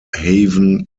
haven